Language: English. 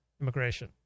immigration